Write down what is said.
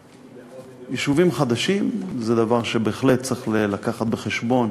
יישובים חדשים זה דבר שבו בהחלט צריך לקחת בחשבון